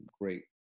great